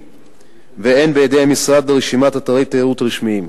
ואין בידי המשרד רשימה של אתרי תיירות רשמיים.